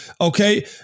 okay